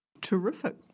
Terrific